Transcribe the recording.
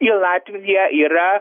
į latviją yra